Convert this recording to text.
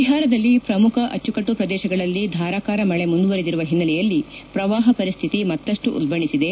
ಬಿಹಾರದಲ್ಲಿ ಪ್ರಮುಖ ಅಚ್ಚುಕಟ್ಟು ಪ್ರದೇಶಗಳಲ್ಲಿ ಧಾರಾಕಾರ ಮಳೆ ಮುಂದುವರೆದಿರುವ ಹಿನ್ನೆಲೆಯಲ್ಲಿ ಪ್ರವಾಹ ಪರಿಸ್ಥಿತಿ ಮತ್ತಷ್ಟು ಉಲ್ಬಣಿಸಿದೆ